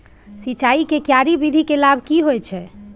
सिंचाई के क्यारी विधी के लाभ की होय छै?